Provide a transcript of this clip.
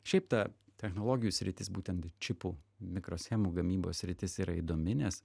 šiaip ta technologijų sritis būtent čipų mikroschemų gamybos sritis yra įdomi nes